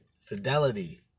fidelity